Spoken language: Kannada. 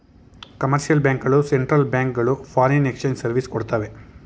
ಕಮರ್ಷಿಯಲ್ ಬ್ಯಾಂಕ್ ಗಳು ಸೆಂಟ್ರಲ್ ಬ್ಯಾಂಕ್ ಗಳು ಫಾರಿನ್ ಎಕ್ಸ್ಚೇಂಜ್ ಸರ್ವಿಸ್ ಕೊಡ್ತವೆ